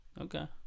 Okay